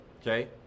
Okay